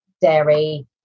dairy